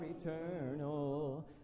eternal